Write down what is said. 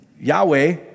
Yahweh